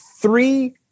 Three